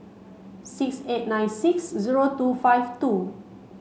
six eight nine six zero two five two